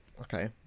Okay